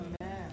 Amen